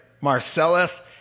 Marcellus